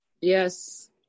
Yes